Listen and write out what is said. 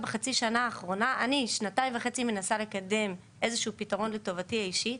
אני שנתיים וחצי מנסה לקדם איזשהו פתרון לטובתי האישית,